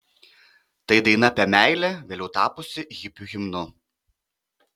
tai daina apie meilę vėliau tapusi hipių himnu